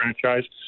franchise